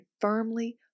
firmly